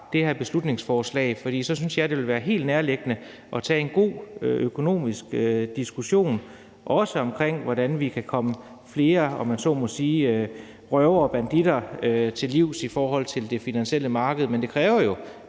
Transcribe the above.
det her beslutningsforslag, for så synes jeg, det vil være helt nærliggende at tage en god økonomisk diskussion, også om, hvordan vi kan komme flere røvere og banditter, om jeg så må sige, til livs i forhold til det finansielle marked. Men det kræver jo,